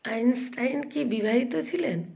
Einstein কি বিবাহিত ছিলেন